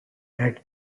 red